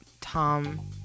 Tom